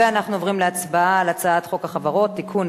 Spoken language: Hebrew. ואנחנו עוברים להצבעה על הצעת חוק החברות (תיקון,